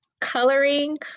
coloring